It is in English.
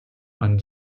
and